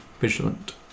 vigilant